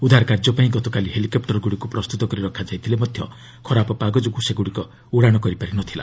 ଉଦ୍ଧାର କାର୍ଯ୍ୟପାଇଁ ଗତକାଲି ହେଲିକପ୍ଟରଗୁଡ଼ିକୁ ପ୍ରସ୍ତୁତ କରି ରଖାଯାଇଥିଲେ ମଧ୍ୟ ଖରାପ ପାଗ ଯୋଗୁଁ ସେଗ୍ରଡ଼ିକ ଉଡ଼ାଣ କରିପାରି ନ ଥିଲା